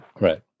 right